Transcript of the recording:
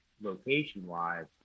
location-wise